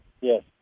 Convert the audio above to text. Yes